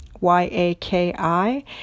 Y-A-K-I